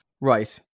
Right